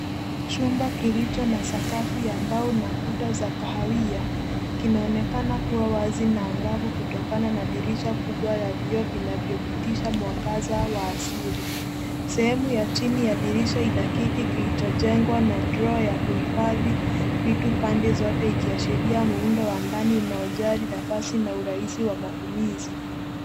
Chumba kilicho na sakafu ya mbao na kuta za kahawia kinaonekana kuwa wazi na angavu kutokana na dirisha kubwa la vioo vinavyopitisha mwangaza wa asili. Sehemu ya chini ya dirisha ina kidi kilichojengwa na droo ya kuhifadhi vitu pande zote ikiashiria muundo wa ndani unaojali nafasi na urahisi wa matumizi.